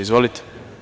Izvolite.